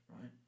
right